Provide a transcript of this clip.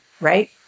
right